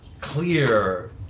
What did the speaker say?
clear